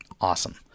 Awesome